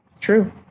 True